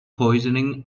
poisoning